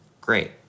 great